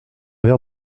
verre